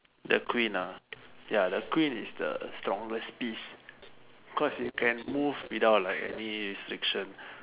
the queen ah ya the queen is the strongest piece cause she can move without like any restrictions